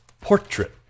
portrait